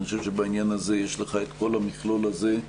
אני חושב שבעניין הזה, יש לך את כל המכלול הזה,